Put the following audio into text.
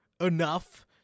enough